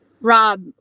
Rob